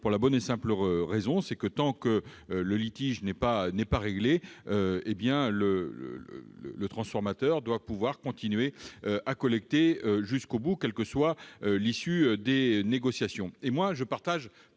pour la bonne et simple raison que, tant que le litige n'est pas réglé, le transformateur doit continuer à collecter, quelle que soit l'issue des négociations.